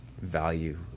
value